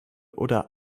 oder